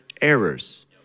Errors